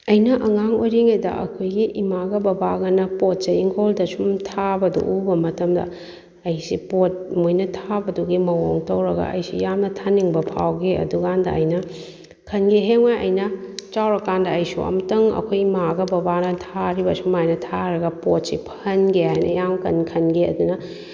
ꯑꯩꯅ ꯑꯉꯥꯡ ꯑꯣꯏꯔꯤꯉꯩꯗ ꯑꯩꯈꯣꯏꯒꯤ ꯏꯃꯥꯒ ꯕꯕꯥꯒꯅ ꯄꯣꯠ ꯆꯩ ꯏꯪꯈꯣꯜꯗ ꯁꯨꯝ ꯊꯥꯕꯗ ꯎꯕ ꯃꯇꯝꯗ ꯑꯩꯁꯦ ꯄꯣꯠ ꯃꯣꯏꯅ ꯊꯥꯕꯗꯨꯒꯤ ꯃꯑꯣꯡ ꯇꯧꯔꯒ ꯑꯩꯁꯦ ꯌꯥꯝꯅ ꯊꯥꯅꯤꯡꯕ ꯐꯥꯎꯈꯤ ꯑꯗꯨ ꯀꯥꯟꯗ ꯑꯩꯅ ꯈꯟꯈꯤ ꯍꯌꯦꯡꯋꯥꯏ ꯑꯩꯅ ꯆꯥꯎꯔꯀꯥꯟꯗ ꯑꯩꯁꯨ ꯑꯝꯇꯪ ꯑꯩꯈꯣꯏ ꯏꯃꯥꯒ ꯕꯕꯥꯒꯅ ꯊꯥꯔꯤꯕ ꯁꯨꯃꯥꯏꯅ ꯊꯥꯔꯒ ꯄꯣꯠꯁꯦ ꯐꯍꯟꯒꯦ ꯍꯥꯏꯅ ꯌꯥꯝ ꯀꯟ ꯈꯟꯈꯤ ꯑꯗꯨꯅ